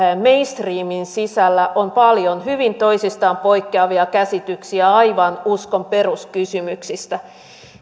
mainstreamin sisällä on paljon hyvin toisistaan poikkeavia käsityksiä aivan uskon peruskysymyksistä